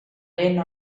lent